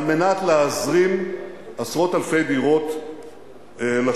על מנת להזרים עשרות אלפי דירות לשוק.